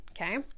okay